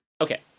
Okay